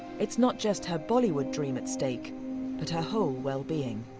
it's not just her bollywood dream at stake but her whole well being.